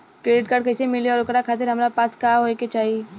Credit card कैसे मिली और ओकरा खातिर हमरा पास का होए के चाहि?